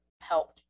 help